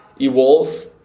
evolve